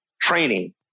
training